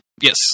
Yes